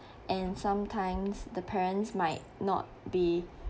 and sometimes the parents might not be